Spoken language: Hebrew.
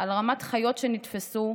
על רמת חיות שנתפסו /